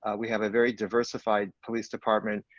ah we have a very diversified police department,